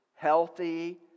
healthy